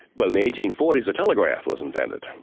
but in the eighteen forty s, the telegraph was invented,